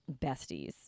besties